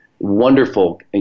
wonderful